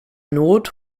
not